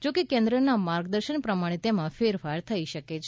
જો કે કેન્દ્રના માર્ગદર્શન પ્રમાણ તેમાં ફેરફાર થઈ શકે છે